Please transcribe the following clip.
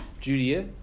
Judea